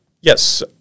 Yes